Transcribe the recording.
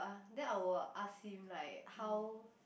uh then I will ask him like how